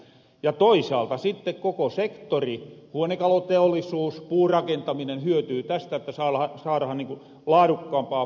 ja toisaalta sitte koko sektori huonekaluteollisuus puurakentaminen hyötyy tästä että saarahan laarukkaampaa puuta